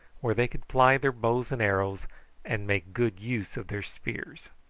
where they could ply their bows and arrows and make good use of their spears.